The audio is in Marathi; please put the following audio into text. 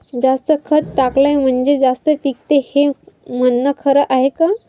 जास्त खत टाकलं म्हनजे जास्त पिकते हे म्हन खरी हाये का?